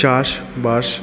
চাষবাস